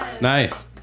nice